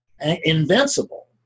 invincible